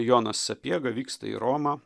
jonas sapiega vyksta į romą